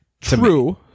True